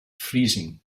freezing